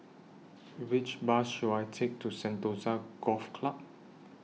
Which Bus should I Take to Sentosa Golf Club